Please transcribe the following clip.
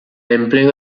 empleo